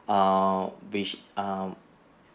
err which um